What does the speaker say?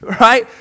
Right